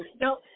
No